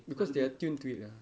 because they are tuned to it ah